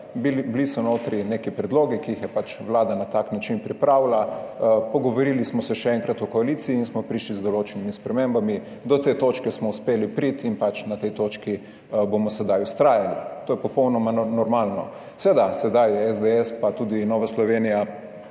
Notri so bili neki predlogi, ki jih je Vlada na tak način pripravila, pogovorili smo se še enkrat o koaliciji in smo prišli z določenimi spremembami. Do te točke smo uspeli priti in pač na tej točki bomo sedaj vztrajali. To je popolnoma normalno. Seveda, sedaj imata SDS in tudi Nova Slovenija